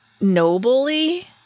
nobly